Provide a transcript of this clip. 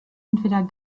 entweder